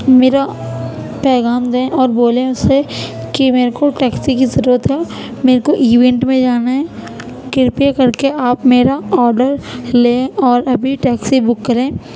میرا پیغام دیں اور بولیں اس سے کہ میرے کو ٹیکسی کی ضرورت ہے میرے کو ایونٹ میں جانا ہے کرپیا کر کے آپ میرا آڈر لیں اور ابھی ٹیکسی بک کریں